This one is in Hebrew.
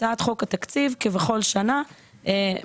חלק של סעיף תקציב המוקצה לעניין מסוים,